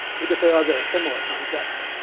because they are very similar concepts.